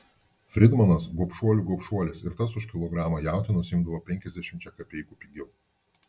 fridmanas gobšuolių gobšuolis ir tas už kilogramą jautienos imdavo penkiasdešimčia kapeikų pigiau